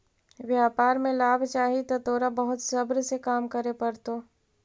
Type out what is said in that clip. व्यापार में लाभ चाहि त तोरा बहुत सब्र से काम करे पड़तो